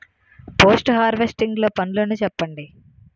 Post harvesting లో పనులను చెప్పండి?